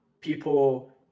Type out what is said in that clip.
people